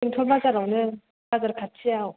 बेंटल बाजारावनो बाजार खाथियाव